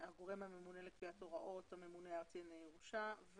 הגורם המונה הוא הממונה הארצי לענייני ירושה.